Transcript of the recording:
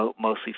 mostly